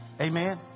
Amen